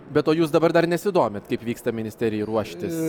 be tuo jūs dabar dar nesidomit kaip vyksta ministerijai ruoštis